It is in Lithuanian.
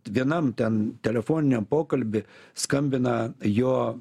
vienam ten telefoniniam pokalby skambina jo